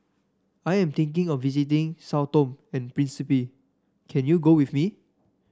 I am thinking of visiting Sao Tome and Principe can you go with me